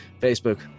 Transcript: Facebook